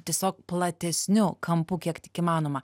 tiesiog platesniu kampu kiek tik įmanoma